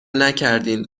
نکردین